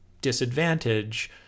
disadvantage